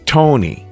Tony